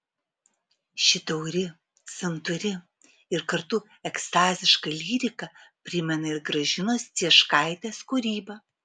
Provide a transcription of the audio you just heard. ši tauri santūri ir kartu ekstaziška lyrika primena ir gražinos cieškaitės kūrybą